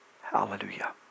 Hallelujah